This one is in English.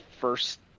first